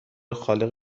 خالق